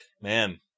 Man